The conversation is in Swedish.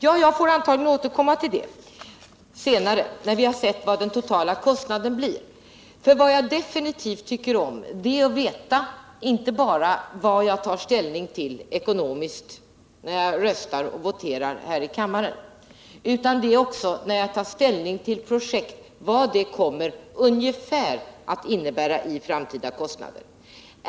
Ja, jag får antagligen återkomma till detta senare när vi kommit fram till vad den totala kostnaden blir. Jag tycker definitivt om att veta inte bara vad jag tar ställning till ekonomiskt när jag voterar här i kammaren. Jag vill även veta vad det projekt som jag tar ställning till ungefär kan betyda i framtida kostnader.